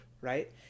right